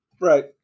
right